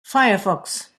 firefox